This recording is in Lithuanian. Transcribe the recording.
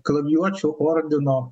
kalavijuočių ordino